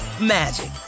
magic